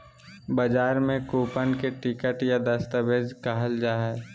बजार में कूपन के टिकट या दस्तावेज कहल जा हइ